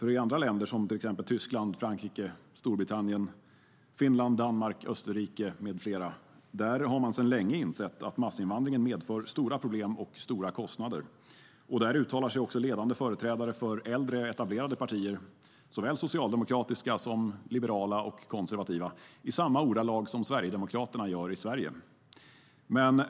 I andra länder, som till exempel Tyskland, Frankrike, Storbritannien, Finland, Danmark, Österrike med flera, har man nämligen sedan länge insett att massinvandringen medför stora problem och stora kostnader. Där uttalar sig också ledande företrädare för äldre, etablerade partier - såväl socialdemokratiska som liberala och konservativa - i samma ordalag som Sverigedemokraterna gör i Sverige.